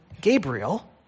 Gabriel